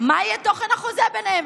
מה יהיה תוכן החוזה ביניהם,